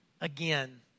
again